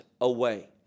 away